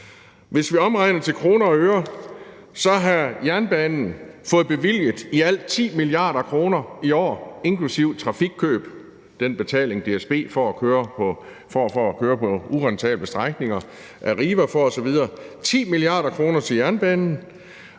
Hvis vi omregner til kroner og øre, så har jernbanen fået bevilget i alt 10 mia. kr. i år, inklusive trafikkøb – den betaling, DSB, Arriva osv. får for at køre på urentable strækninger – og til sammenligning